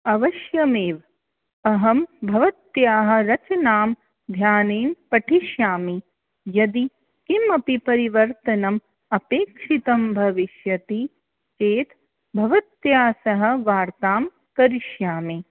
अवश्यमेव् अहं भवत्याः रचनां इदानिम् पठिष्यामि यदि किमपि परिवर्तनम् अपेक्षितं भविष्यति चेत् भवत्या सह वार्तां करिष्यामि